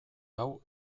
hau